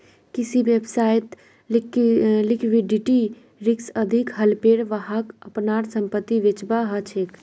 किसी व्यवसायत लिक्विडिटी रिक्स अधिक हलेपर वहाक अपनार संपत्ति बेचवा ह छ